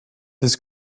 this